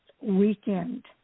weekend